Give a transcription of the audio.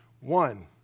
One